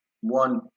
one